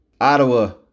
Ottawa